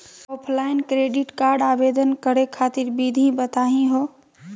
Offline credit card आवेदन करे खातिर विधि बताही हो?